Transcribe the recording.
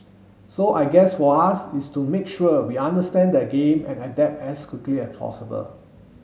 so I guess for us is to make sure we understand the game and adapt as quickly as possible